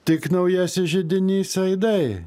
tik naujasis židinys aidai